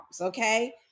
Okay